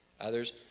others